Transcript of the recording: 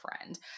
friend